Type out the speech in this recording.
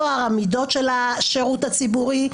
טוהר המידות של השירות הציבורי,